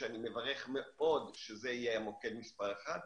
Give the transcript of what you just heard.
שאני מברך מאוד שזה יהיה מוקד מספר אחת,